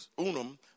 unum